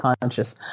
conscious